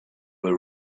were